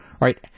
right